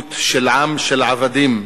מציאות של עם של עבדים,